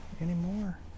anymore